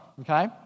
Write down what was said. okay